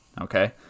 Okay